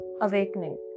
Awakening